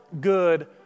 good